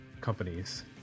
companies